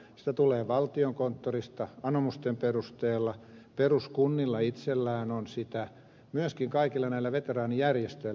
sitä tulee valtiokonttorista anomusten perusteella peruskunnilla itsellään on sitä myöskin kaikilla näillä veteraanijärjestöillä